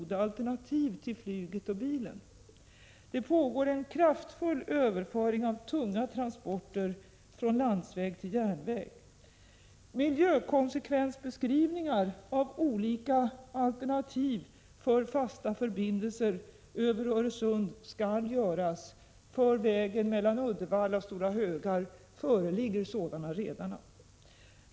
Det pågår en kraftfull överföring av tunga transporter från landsväg till järnväg. —- Miljökonsekvensbeskrivningar av olika alternativ för fasta förbindelser över Öresund skall göras. För vägen mellan Uddevalla och Stenungsund föreligger sådana redan.